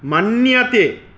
मन्यते